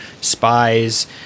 spies